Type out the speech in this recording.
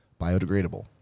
biodegradable